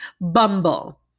Bumble